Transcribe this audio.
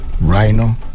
rhino